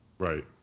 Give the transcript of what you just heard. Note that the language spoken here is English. right